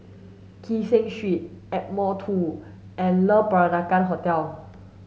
Kee Seng Street Ardmore two and Le Peranakan Hotel